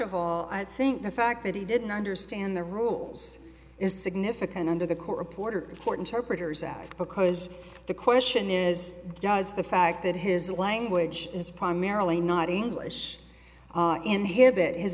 of all i think the fact that he didn't understand the rules is significant under the court reporter court interpreters act because the question is does the fact that his language is primarily not english inhibit his